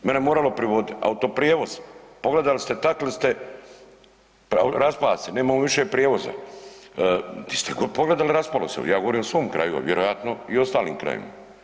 Mene je moralo privodit, autoprijevoz, pogledali ste, takli se, raspa se, nemamo više prijevoza, vi ste pogledali, raspalo se, ja govorim o svom kraju, vjerojatno i ostalim krajevima.